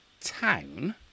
town